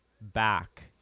back